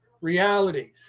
reality